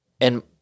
and-